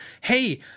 hey